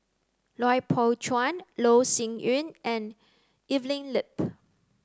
Lui Pao Chuen Loh Sin Yun and Evelyn Lip